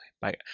bye